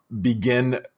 begin